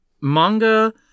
manga